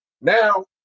Now